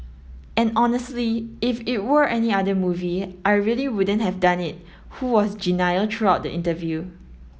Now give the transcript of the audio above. and honestly if it were any other movie I really wouldn't have done it who was genial throughout the interview